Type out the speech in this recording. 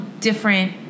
different